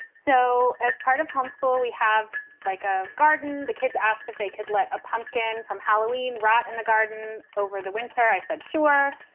so as part of home school, we have like a garden. the kids asked if they could let a pumpkin from halloween rot in the garden over the winter. i said, sure.